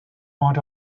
want